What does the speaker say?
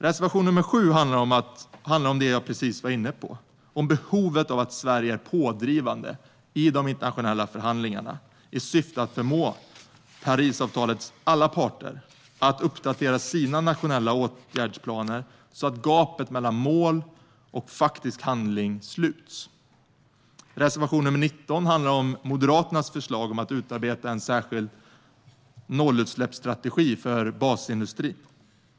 Reservation 7 handlar om det som jag precis var inne på, nämligen om behovet av att Sverige är pådrivande i de internationella förhandlingarna i syfte att förmå Parisavtalets alla parter att uppdatera sina nationella åtgärdsplaner, så att gapet mellan mål och faktisk handling sluts. Reservation 19 handlar om Moderaternas förslag om att utarbeta en särskild nollutsläppsstrategi för basindustrin.